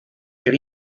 per